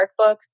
workbook